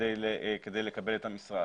כדי לקבל את המשרה,